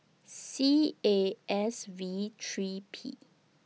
C A S V three P